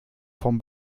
vom